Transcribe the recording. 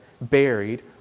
buried